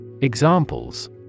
Examples